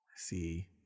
see